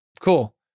cool